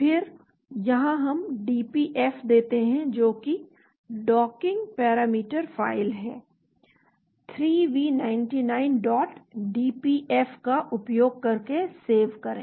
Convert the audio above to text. फिर यहाँ हम dpf देते हैं जो कि Docking Parameter File है 3V99dpf का उपयोग करके सेव करें